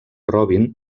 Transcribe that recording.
robin